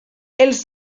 els